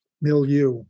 milieu